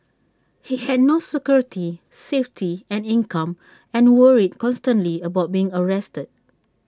he had no security safety and income and worried constantly about being arrested